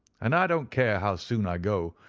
and i don't care how soon i go,